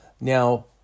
Now